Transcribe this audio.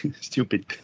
stupid